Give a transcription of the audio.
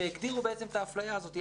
והגדירו בעצם את האפליה הזאת.